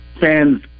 fans